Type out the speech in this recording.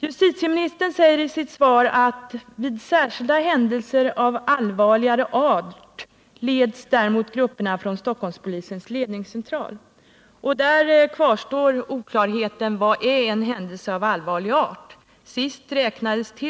Justitieministern anför i sitt svar: ”Vid särskilda händelser av allvarligare art leds däremot grupperna från Stockholmspolisens ledningscentral.” Där kvarstår oklarheten: Vad är ”händelser av allvarligare art”? Dit räknades t.